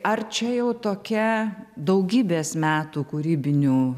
ar čia jau tokia daugybės metų kūrybinių